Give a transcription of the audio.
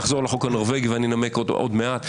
נחזור לחוק הנורבגי ואני אנמק עוד מעט.